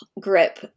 grip